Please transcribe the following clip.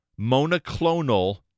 monoclonal